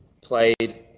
played